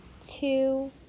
two